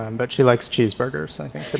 um but she likes cheeseburgers i think but